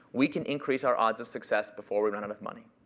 we can increase our odds of success before we run out of money.